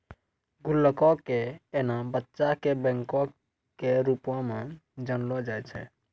गुल्लको के एना बच्चा के बैंको के रुपो मे जानलो जाय छै